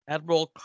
Admiral